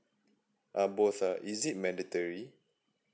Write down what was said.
uh both ah is it mandatory